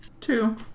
Two